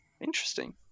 Interesting